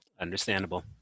Understandable